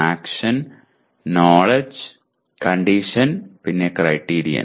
action knowledge condition പിന്നെ criterion